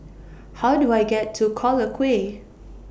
How Do I get to Collyer Quay